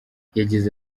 yagize